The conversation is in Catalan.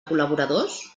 col·laboradors